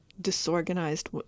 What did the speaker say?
disorganized